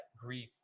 grief